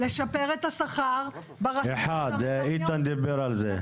לשפר את השכר --- זה אחת, איתן דיבר על זה.